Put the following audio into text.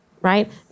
Right